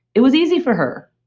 it was easy for her.